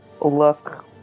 look